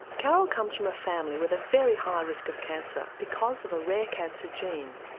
carole comes from a family with a very high risk of cancer, because of a rare cancer gene.